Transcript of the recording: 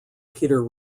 peter